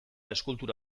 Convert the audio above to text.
eskultura